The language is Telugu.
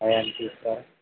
అవి ఏమైనా చూస్తారా